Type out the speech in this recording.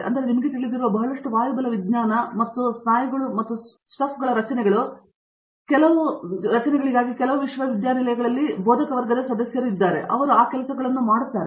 ಆದ್ದರಿಂದ ನಿಮಗೆ ತಿಳಿದಿರುವ ಬಹಳಷ್ಟು ವಾಯುಬಲವಿಜ್ಞಾನ ಮತ್ತು ಸ್ನಾಯುಗಳು ಮತ್ತು ಸ್ಟಫ್ಗಳ ರಚನೆಗಳು ಕೆಲವು ವಿಶ್ವವಿದ್ಯಾನಿಲಯಗಳಲ್ಲಿ ಬೋಧಕವರ್ಗ ಸದಸ್ಯರು ಇವೆ ಅವರು ಆ ಕೆಲಸಗಳನ್ನು ಮಾಡುತ್ತಾರೆ